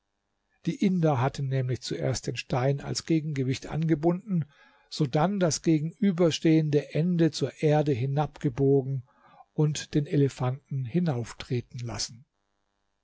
die inder hatten nämlich zuerst den stein als gegengewicht angebunden sodann das gegenüberstehende ende zur erde hinabgebogen und den elefanten hinauftreten lassen